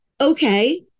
Okay